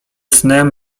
snem